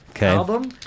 album